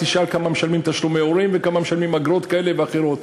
תשאל כמה משלמים תשלומי הורים וכמה משלמים אגרות כאלה ואחרות.